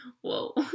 whoa